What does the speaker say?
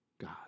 God